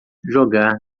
jogar